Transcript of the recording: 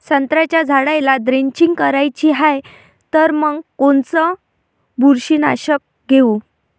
संत्र्याच्या झाडाला द्रेंचींग करायची हाये तर मग कोनच बुरशीनाशक घेऊ?